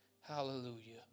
hallelujah